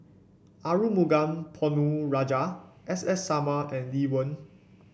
Arumugam Ponnu Rajah S S Sarma and Lee Wen